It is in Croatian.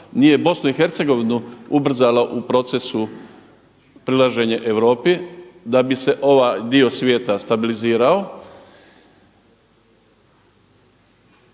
nije BiH ubrzala u procesu prilaženje Europi da bi se ovaj dio svijeta stabilizirao.